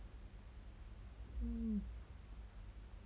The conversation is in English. um